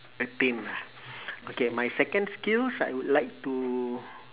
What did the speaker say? attain okay my second skills I would like to